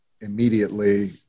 immediately